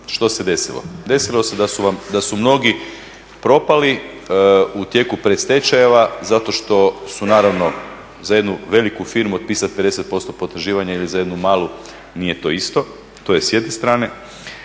Što se desilo? Desilo se da su mnogi propali u tijeku predstečajeva zato što su naravno za jednu veliku firmu otpisat 50% potraživanja ili za jednu malu nije to isto. To je s jedne strane,